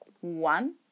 one